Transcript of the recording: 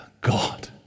God